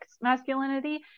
masculinity